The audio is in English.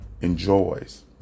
enjoys